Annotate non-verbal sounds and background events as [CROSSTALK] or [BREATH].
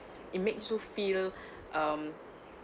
it makes you feel [BREATH] um